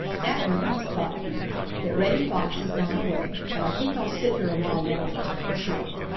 that means, thought peter, that reddy fox has gone away, but i think i'll sit here a while longer to make sure.